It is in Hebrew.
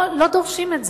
פה הם לא דורשים את זה,